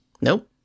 Nope